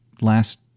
last